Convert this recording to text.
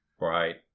Right